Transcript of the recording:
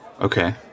okay